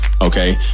okay